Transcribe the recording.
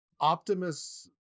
Optimus